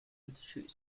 institute